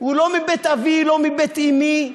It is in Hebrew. הוא לא מבית אבי, לא מבית אמי,